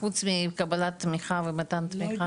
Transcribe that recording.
חוץ מקבלת תמיכה ומתן תמיכה?